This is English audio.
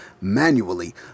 manually